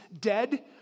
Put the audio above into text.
dead